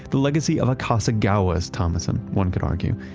the legacy of akasegawa's thomasson one could argue,